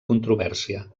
controvèrsia